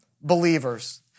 believers